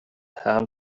ham